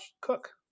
cook